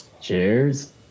Cheers